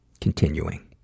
Continuing